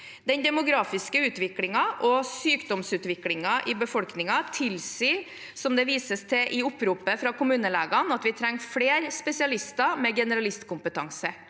Den demografiske utviklingen og sykdomsutviklingen i befolkningen tilsier, som det vises til i oppropet fra kommuneoverlegene, at vi trenger flere spesialister med generalistkompetanse.